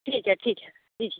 ठीक है ठीक है जी